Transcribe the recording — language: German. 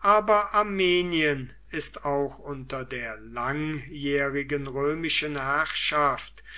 aber armenien ist auch unter der langjährigen römischen herrschaft